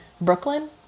Brooklyn